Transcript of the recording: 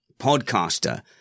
podcaster